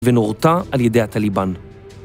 ונורתה על ידי הטליבן.